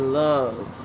love